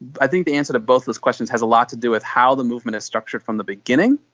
i think the answer to both those questions has a lot to do with how the movement is structured from the beginning.